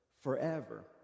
forever